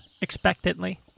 expectantly